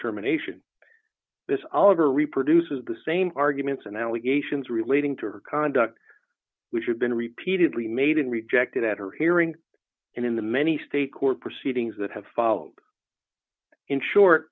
terminations this algor reproduces the same arguments and allegations relating to her conduct which had been repeatedly made and rejected at her hearing and in the many state court proceedings that have followed in short